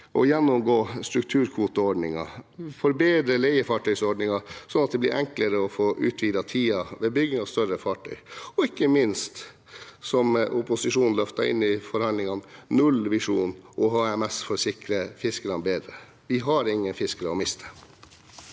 gjennomgå strukturkvoteordninger, forbedre leiefartøysordninger, sånn at det blir enklere å få utvidet tiden ved bygging av større fartøy, og ikke minst – som opposisjonen løftet inn i forhandlingene – nullvisjon og HMS for å sikre fiskerne bedre. Vi har ingen fiskere å miste.